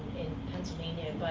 pennsylvania,